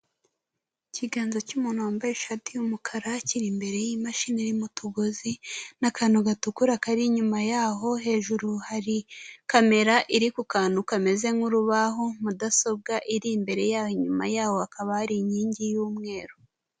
Ikiganza cy'umuntu wambaye ishati y'umukara kiri imbere y'imashini irimo utugozi, n'akantu gatukura kari inyuma yaho, hejuru hari kamera iri ku kantu kameze nk'urubaho, mudasobwa iri imbere yaho, inyuma yaho hakaba hari inkingi y'umweru.